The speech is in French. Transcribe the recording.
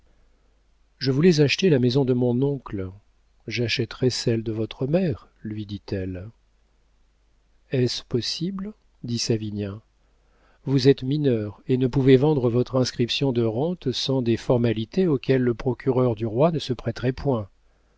je voulais acheter la maison de mon oncle j'achèterai celle de votre mère lui dit-elle est-ce possible dit savinien vous êtes mineure et ne pouvez vendre votre inscription de rente sans des formalités auxquelles le procureur du roi ne se prêterait point